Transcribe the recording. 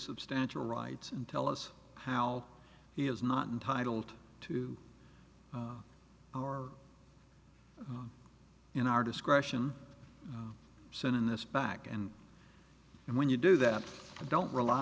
substantial rights and tell us how he is not entitled to or in our discretion send in this back and and when you do that don't rely